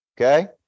Okay